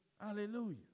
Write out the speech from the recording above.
Hallelujah